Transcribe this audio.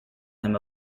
him